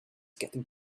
getting